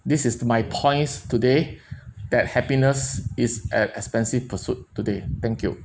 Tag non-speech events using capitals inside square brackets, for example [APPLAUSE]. this is to my points today [BREATH] that happiness is an expensive pursuit today thank you